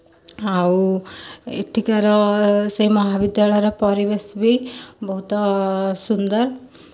ଆଉ ଏଠିକାର ସେଇ ମହାବିଦ୍ୟାଳୟର ପରିବେଶ ବି ବହୁତ ସୁନ୍ଦର